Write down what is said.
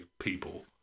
people